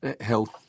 health